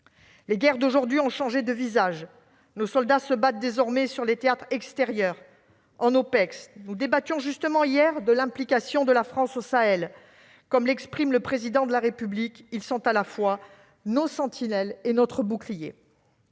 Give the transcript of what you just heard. Les guerres d'aujourd'hui ont changé de visage. Nos soldats se battent désormais sur les théâtres extérieurs, en OPEX. Nous débattions justement hier de l'implication de la France au Sahel. Comme l'exprime le Président de la République, ils sont « à la fois nos sentinelles et notre bouclier